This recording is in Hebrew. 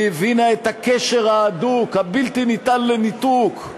היא הבינה את הקשר ההדוק, הבלתי-ניתן לניתוק,